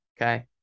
okay